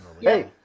Hey